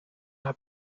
now